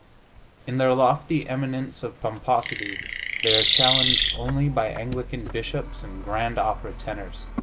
in their lofty eminence of pomposity they are challenged only by anglican bishops and grand opera tenors.